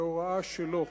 בהוראה שלו.